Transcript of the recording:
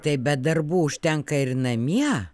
taip bet darbų užtenka ir namie